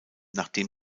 nachdem